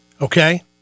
Okay